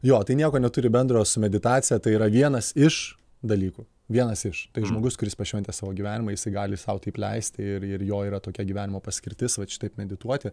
jo tai nieko neturi bendro su meditacija tai yra vienas iš dalykų vienas iš tai žmogus kuris pašventęs savo gyvenimą jisai gali sau taip leisti ir ir jo yra tokia gyvenimo paskirtis vat šitaip medituoti